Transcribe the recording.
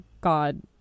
God